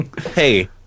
Hey